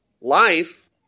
life